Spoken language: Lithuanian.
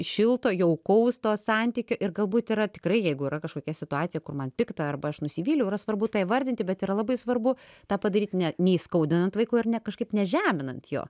šilto jaukaus to santykio ir galbūt yra tikrai jeigu yra kažkokia situacija kur man pikta arba aš nusivyliau yra svarbu tą įvardinti bet yra labai svarbu tą padaryt ne neįskaudinant vaiko ar ne kažkaip nežeminant jo